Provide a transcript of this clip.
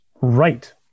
Right